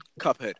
Cuphead